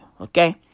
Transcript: okay